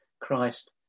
Christ